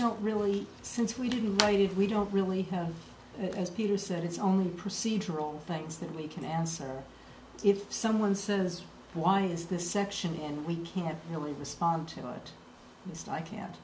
don't really since we didn't write it we don't really have as peter said it's only procedural things that we can answer if someone says why is this section and we can't really respond to this now i can't